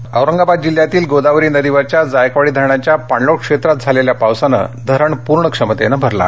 जायकवाडी औरंगाबाद जिल्ह्यातील गोदावरी नदीवरच्या जायकवाडी धरणाच्या पाणलोट क्षेत्रात झालेल्या पावसामुळे धरण पूर्ण क्षमतेनं भरलं आहे